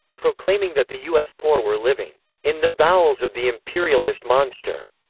proclaiming that the us poor were living in the bowels of the imperialist monster,